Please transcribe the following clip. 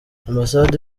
ambasade